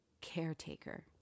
caretaker